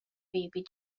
baby